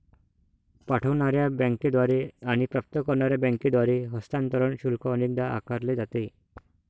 पाठवणार्या बँकेद्वारे आणि प्राप्त करणार्या बँकेद्वारे हस्तांतरण शुल्क अनेकदा आकारले जाते